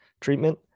treatment